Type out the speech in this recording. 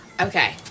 Okay